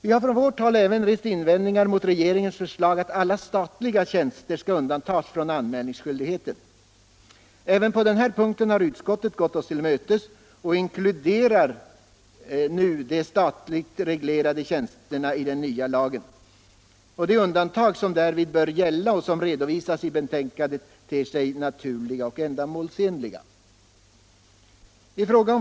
Vi har från vårt håll även rest invändningar mot regeringens förslag att alla statliga tjänster skall undantas från anmälningsskyldigheten. Även på den här punkten har utskottet gått oss till mötes och inkluderat de statligt reglerade tjänsterna i den nya lagen. De undantag som därvid bör gälla och som redovisas i betänkandet ter sig naturliga och ändamålsenliga.